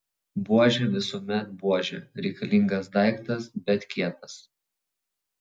buožė visuomet buožė reikalingas daiktas bet kietas